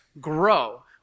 grow